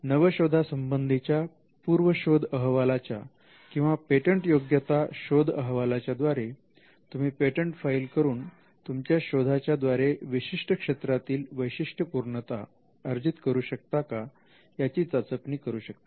नवशोधा संबंधीच्या पूर्व शोध अहवालाच्या किंवा पेटंटयोग्यता शोध अहवालाच्या द्वारे तुम्ही पेटंट फाईल करून तुमच्या शोधाच्या द्वारे विशिष्ट क्षेत्रातील वैशिष्ट्यपूर्णता अर्जित करू शकता का याची चाचपणी करू शकता